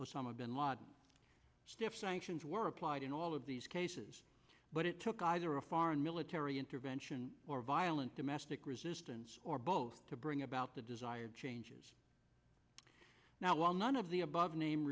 osama bin laden step sanctions were applied in all of these cases but it took either a foreign military intervention or violent domestic resistance or both to bring about the desired changes now while none of the above name